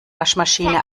waschmaschine